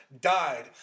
died